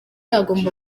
agomba